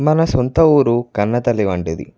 మన సొంత ఊరు కన్నతల్లి వంటిది